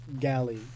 galley